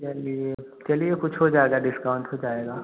चलिए चलिए कुछ हो जाएगा डिस्काउंट हो जाएगा